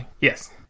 Yes